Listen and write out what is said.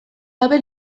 gabe